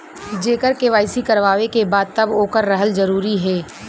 जेकर के.वाइ.सी करवाएं के बा तब ओकर रहल जरूरी हे?